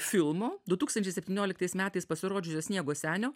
filmo du tūkstančiai septynioliktais metais pasirodžiusio sniego senio